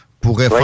pourrait